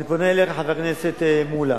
אני פונה אליך, חבר הכנסת מולה,